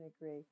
agree